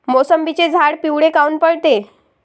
मोसंबीचे झाडं पिवळे काऊन पडते?